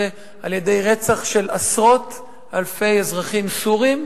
על-ידי רצח של עשרות אלפי אזרחים סורים,